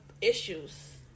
issues